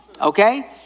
okay